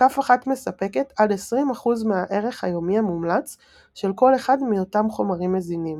כף אחת מספקת עד 20% מהערך היומי המומלץ של כל אחד מאותם חומרים מזינים.